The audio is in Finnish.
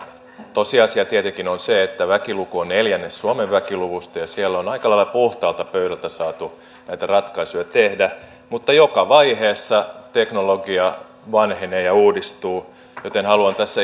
tosiasia tietenkin on se että väkiluku on neljännes suomen väkiluvusta ja siellä on aika lailla puhtaalta pöydältä saatu näitä ratkaisuja tehdä mutta joka vaiheessa teknologia vanhenee ja uudistuu joten haluan tässä